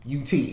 UT